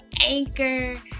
Anchor